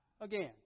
again